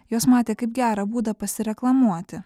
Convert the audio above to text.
jos matė kaip gerą būdą pasireklamuoti